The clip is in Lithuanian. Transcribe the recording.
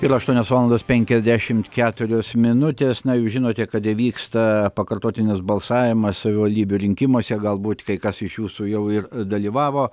ir aštuonios valandos penkiasdešimt keturios minutės na jūs žinote kad vyksta pakartotinis balsavimas savivaldybių rinkimuose galbūt kai kas iš jūsų jau ir dalyvavo